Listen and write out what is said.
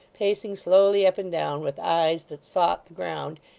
pacing slowly up and down with eyes that sought the ground,